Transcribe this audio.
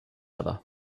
other